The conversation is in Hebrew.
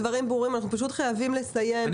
אנחנו פשוט חייבים לסיים.